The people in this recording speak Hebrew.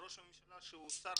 כשראש הממשלה הוא שר